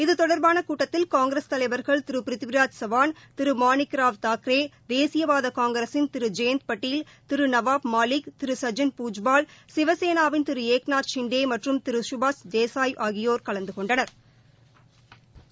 இது தொடர்பான கூட்டத்தில் காங்கிரஸ் தலைவர்கள் திரு பிரித்விராஜ் சவான் திரு மாணிக்ராவ் தாக்ரே தேசியவாத காங்கிரஸின் திரு ஜெயந்த் பாட்டீல் திரு நவாப் மாலிக் திரு சஜன்பூஜ்பால் சிவசேனாவின் திரு ஏக்நாத் ஷிண்டே மற்றும் திரு சுபாஷ் தேசாய் ஆகியோா் கலந்து கொண்டனா்